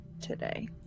today